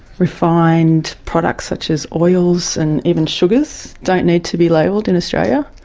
refined products such as oils and even sugars don't need to be labelled in australia.